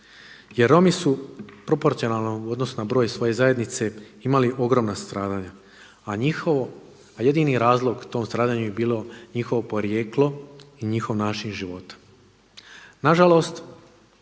Jer Romi su proporcionalno u odnosu na broj svoje zajednice imali ogromna stradanja a njihovo, a jedini razlog tom stradanju je bilo njihovo porijeklo i njihov način života.